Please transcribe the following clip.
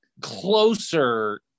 closer